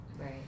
Right